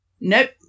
Nope